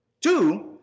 Two